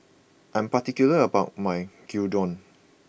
I'm particular about my Gyudon